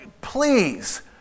please